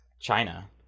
China